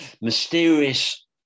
mysterious